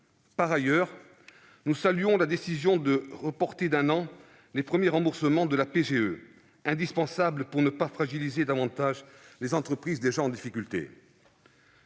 Par ailleurs, nous saluons la décision de reporter d'un an les premiers remboursements des prêts garantis par l'État (PGE) ; c'est indispensable pour ne pas fragiliser davantage les entreprises déjà en difficulté.